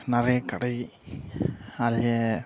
நிறைய கடை நிறைய